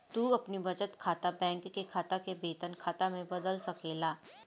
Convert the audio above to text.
तू अपनी बचत बैंक के खाता के वेतन खाता में बदल सकेला